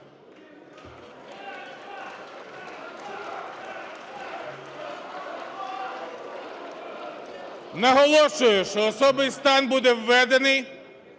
Наголошую, що особий стан буде введений